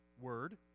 word